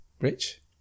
Rich